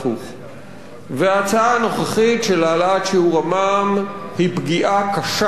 וההצעה הנוכחית של העלאת שיעור המע"מ היא פגיעה קשה בציבור.